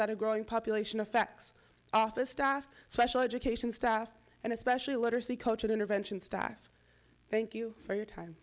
that a growing population of facts office staff special education staff and especially literacy coaching intervention staff thank you for your time